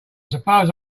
suppose